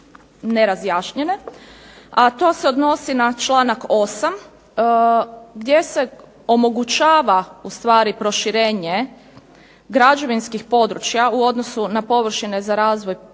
A to se odnosi na čl. 8. gdje se omogućava ustvari proširenje građevinskih područja u odnosu na površine za razvoj naselja